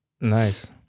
Nice